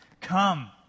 Come